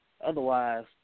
Otherwise